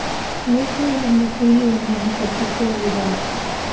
ವಯಸ್ಸಿಗೆ ಬಂದ ಕುರಿಯ ಉಣ್ಣೆಯನ್ನ ಕತ್ತರಿಸುವ ವಿಧಾನ